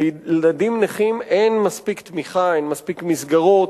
לילדים נכים אין מספיק תמיכה, אין מספיק מסגרות,